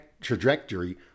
trajectory